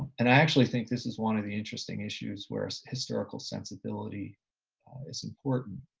and i actually think this is one of the interesting issues where historical sensibility is important.